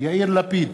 יאיר לפיד,